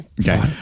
Okay